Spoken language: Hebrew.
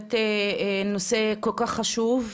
בהחלט נושא כל כך חשוב.